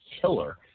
killer